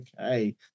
okay